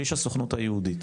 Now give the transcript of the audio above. שליש הסוכנות היהודית.